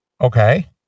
Okay